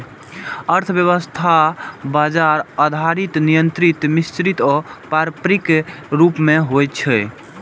अर्थव्यवस्था बाजार आधारित, नियंत्रित, मिश्रित आ पारंपरिक रूप मे होइ छै